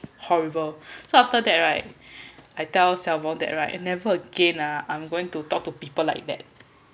horrible so after that right I tell siao wong that right I never again ah I'm going to talk to people like that